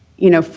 you know,